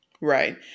Right